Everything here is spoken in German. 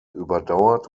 überdauert